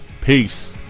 Peace